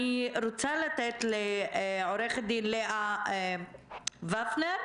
אני רוצה לתת לעו"ד לאה ופנר,